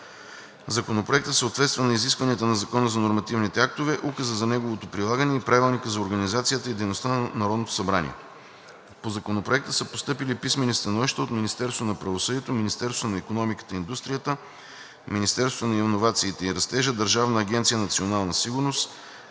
Законопроектът съответства на изискванията на Закона за нормативните актове, Указа за неговото прилагане и Правилника за организацията и дейността на Народното събрание. По Законопроекта са постъпили писмени становища от Министерството на правосъдието, Министерството на икономиката и индустрията, Министерството на иновациите и растежа, Държавна агенция „Национална сигурност“,